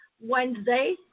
Wednesday